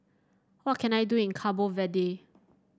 what can I do in Cabo Verde